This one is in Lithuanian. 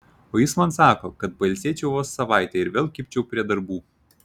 o jis man sako kad pailsėčiau vos savaitę ir vėl kibčiau prie darbų